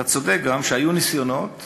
ואתה צודק גם שהיו ניסיונות